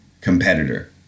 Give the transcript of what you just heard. competitor